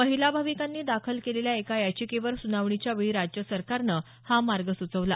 महिला भाविकांनी दाखल केलेल्या एका याचिकेवर सुनावणीच्या वेळी राज्य सरकारनं हा मार्ग सुचवला